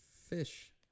fish